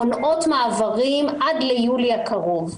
מונעות מעברים עד ליולי הקרוב.